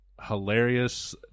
hilarious